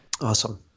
Awesome